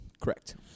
Correct